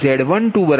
0 Z12V16